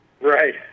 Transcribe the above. Right